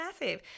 massive